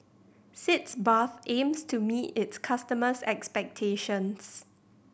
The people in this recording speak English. Sitz Bath aims to meet its customers' expectations